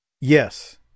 Yes